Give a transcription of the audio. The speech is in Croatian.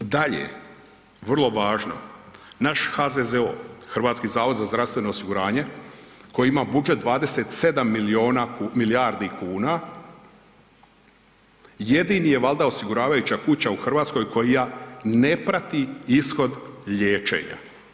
Dalje, vrlo važno, naš HZZO, Hrvatski zavod za zdravstveno osiguranje koji ima budžet 27 milijardi kuna jedini je valjda osiguravajuća kuća u Hrvatskoj koja ne prati ishod liječenja.